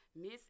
Miss